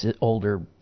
older